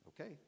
okay